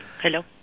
Hello